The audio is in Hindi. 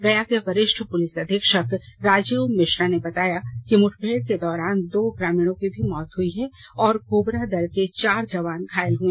गया के वरिष्ठ पुलिस अधीक्षक राजीव मिश्रा ने बताया कि मुठभेड़ के दौरान दो ग्रामीणों की भी मौत हो गई और कोबरा दल के चार जवान घायल हो गए